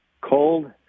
cold